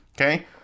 Okay